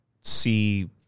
see